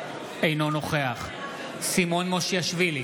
אינו נוכח סימון מושיאשוילי,